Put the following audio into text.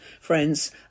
friends